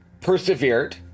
persevered